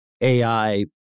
AI